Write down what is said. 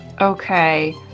Okay